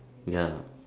ya